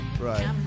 right